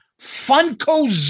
Funko